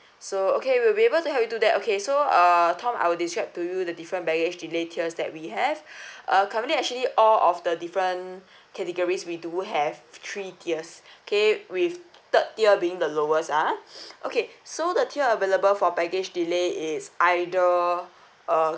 so okay we'll be able to help you do that okay so uh tom I will describe to you the different baggage delay tiers that we have uh currently actually all of the different categories we do have three tiers okay with third tier being the lowest ah okay so the tier available for baggage delay is either uh